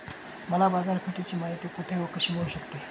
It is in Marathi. मला बाजारपेठेची माहिती कुठे व कशी मिळू शकते?